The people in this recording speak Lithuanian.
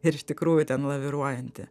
ir iš tikrųjų ten laviruojanti